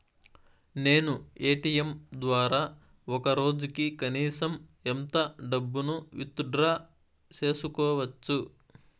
నేను ఎ.టి.ఎం ద్వారా ఒక రోజుకి కనీసం ఎంత డబ్బును విత్ డ్రా సేసుకోవచ్చు?